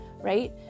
right